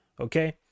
okay